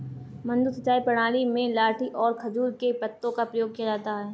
मद्दू सिंचाई प्रणाली में लाठी और खजूर के पत्तों का प्रयोग किया जाता है